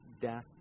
death